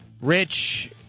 Rich